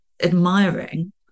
admiring